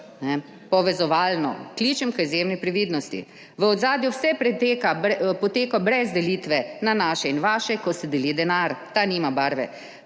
povezovalno. Kličem k izjemni previdnosti v ozadju. Vse preteka, poteka brez delitve na naše in vaše, ko se deli denar, ta nima barve.